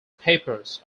papers